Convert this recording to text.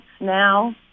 now